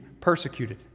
persecuted